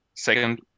Second